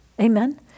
Amen